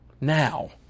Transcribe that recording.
now